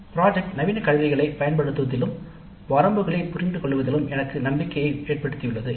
திட்டப்பணி நவீன கருவிகளைப் பயன்படுத்துவதிலும் வரம்புகளைப் புரிந்துகொள்வதிலும் எனக்கு நம்பிக்கையை ஏற்படுத்தியுள்ளது